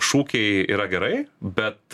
šūkiai yra gerai bet